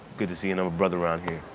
good to see another brother around here.